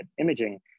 imaging